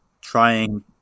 trying